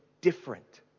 different